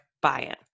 buy-in